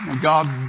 God